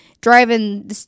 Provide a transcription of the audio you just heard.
driving